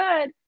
good